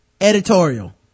editorial